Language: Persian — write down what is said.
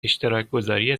اشتراکگذاری